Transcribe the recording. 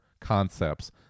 concepts